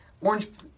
orange